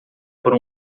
por